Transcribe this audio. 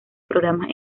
programas